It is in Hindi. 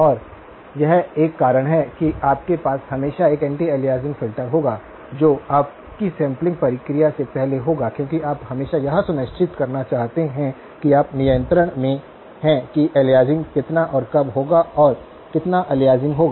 और यह एक कारण है कि आपके पास हमेशा एक एंटी अलियासिंग फिल्टर होगा जो आपकी सैंपलिंग प्रक्रिया से पहले होगा क्योंकि आप हमेशा यह सुनिश्चित करना चाहते हैं कि आप नियंत्रण में हैं कि अलियासिंग कितना और कब होगा और कितना अलियासिंग होगा